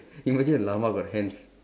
imagine a llama got hands